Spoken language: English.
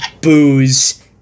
booze